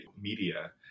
media